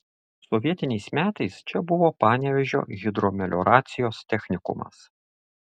sovietiniais metais čia buvo panevėžio hidromelioracijos technikumas